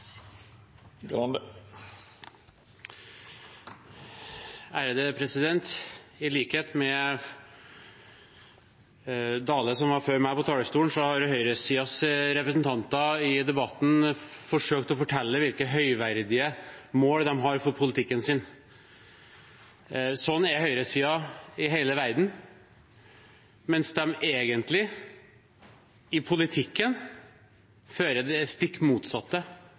I likhet med Dale, som var før meg på talerstolen, har høyresidens representanter i debatten forsøkt å fortelle hvilke høyverdige mål de har for politikken sin. Sånn er høyresiden i hele verden, mens de egentlig i politikken utfører det stikk motsatte